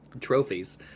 trophies